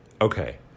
okay